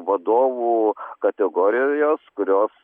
vadovų kategorijos kurios